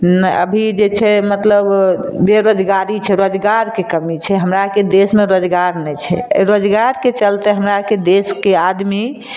अभी जे छै मतलब बेरोजगारी छै रोजगारके कमी छै हमरा आरके देश रोजगार नहि छै एहि रोजगारके चलते हमरा आरके देशके आदमी